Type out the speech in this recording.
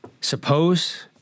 Suppose